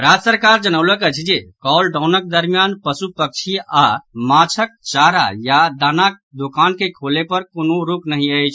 राज्य सरकार जनौलक अछि जे लॉकडाउनक दरमियान पशु पक्षी आओर माछक चारा या दानाक दोकान के खोलय पर कोनो रोक नहि अछि